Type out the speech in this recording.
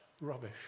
rubbish